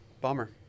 Bummer